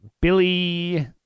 Billy